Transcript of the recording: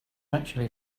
actually